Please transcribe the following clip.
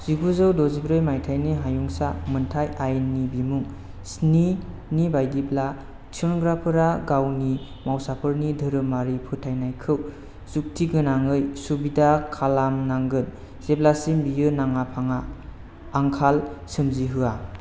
जिगुजौ द'जिब्रै मायथाइनि हायुंसा मोनथाइ आयेननि बिमुं स्निनि बायदिब्ला थिसनग्राफोरा गावनि मावसाफोरनि धोरोमारि फोथायनायखौ जुक्ति गोनाङै सुबिदा खालामनांगोन जेब्लासिम बियो नाङा फाङा आंखाल सोमजिहोआ